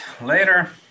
Later